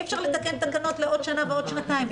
אי אפשר לתקן תקנות לעוד שנה ועוד שנתיים.